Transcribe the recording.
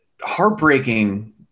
heartbreaking